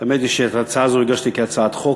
האמת היא שאת ההצעה הזו הגשתי כהצעת חוק,